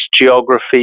geography